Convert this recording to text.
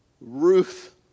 Ruth